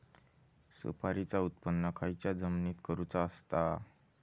सुपारीचा उत्त्पन खयच्या जमिनीत करूचा असता?